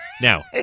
now